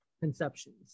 conceptions